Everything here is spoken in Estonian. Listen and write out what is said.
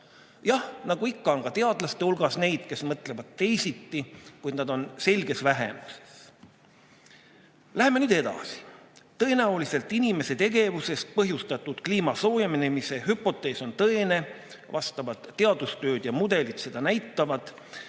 Jah, nagu ikka, on ka teadlaste hulgas neid, kes mõtlevad teisiti, kuid nad on selges vähemuses. Läheme nüüd edasi. Tõenäoliselt inimese tegevusest põhjustatud kliimasoojenemise hüpotees on tõene, vastavad teadustööd ja mudelid seda näitavad,